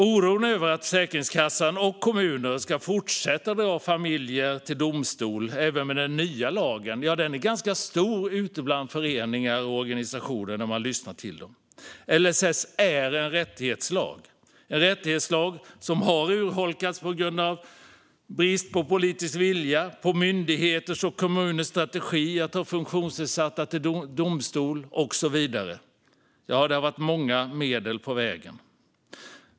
Oron över att Försäkringskassan och kommuner ska fortsätta att dra familjer till domstol även med den nya lagen är stor bland föreningar och organisationer. LSS är en rättighetslag. Det är en rättighetslag som har urholkats på grund av brist på politisk vilja, myndigheters och kommuners strategi att ta funktionsnedsatta till domstol och så vidare. Ja, det har varit många medel på vägen.